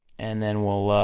and then we'll,